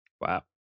Wow